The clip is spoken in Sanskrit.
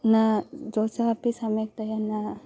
न दोसा अपि सम्यक्तया न